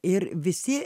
ir visi